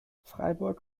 freiburg